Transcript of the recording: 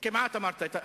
כמעט אמרת.